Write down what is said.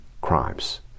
crimes